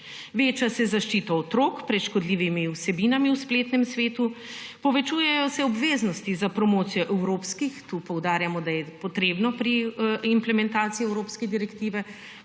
Veča se zaščita otrok pred škodljivimi vsebinami v spletnem svetu, povečujejo se obveznosti za promocijo evropskih, tu poudarjamo, da je potrebno pri implementaciji evropske direktive